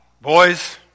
boys